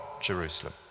Jerusalem